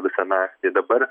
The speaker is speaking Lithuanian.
visą naktį dabar